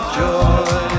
joy